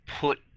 put